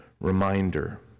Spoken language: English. reminder